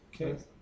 Okay